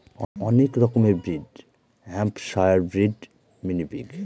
অনেক রকমের breed Hampshire breed, mini pig